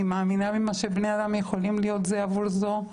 אני מאמינה במה שבני אדם יכולים להיות זה למען זה.